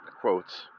quotes